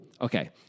Okay